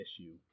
issue